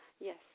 yes